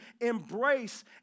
embrace